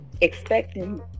expecting